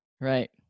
Right